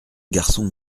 garçon